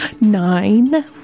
Nine